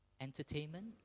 Entertainment